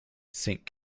saint